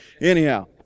Anyhow